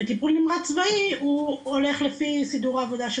וטיפול נמרץ צבאי הוא הולך לפי סידור העבודה של